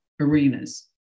arenas